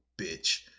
bitch